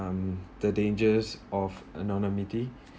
um the dangers of anonymity